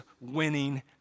winning